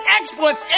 exports